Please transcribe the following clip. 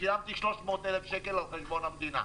שילמתי 300 אלף שקל על חשבון המדינה.